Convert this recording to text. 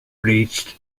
reached